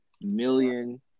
million